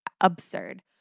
absurd